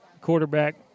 Quarterback